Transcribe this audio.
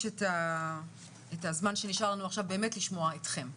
את הזמן שנשאר לנו עכשיו באמת לשמוע אתכם,